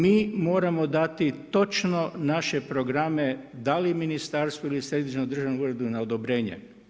Mi moramo dati točno naše programe da li ministarstvu ili Središnjem državnom uredu na odobrenje.